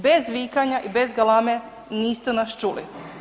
Bez vikanja i bez galame niste nas čuli.